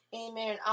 amen